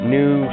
new